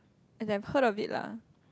as I've heard of it lah